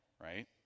right